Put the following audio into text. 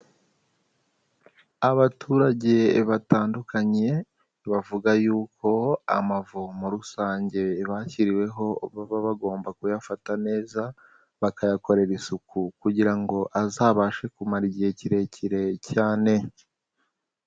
Abaturage batandukanye bavuga yuko amavomo rusange bashyiriweho baba bagomba kuyafata neza, bakayakorera isuku kugira ngo azabashe kumara igihe kirekire cyane.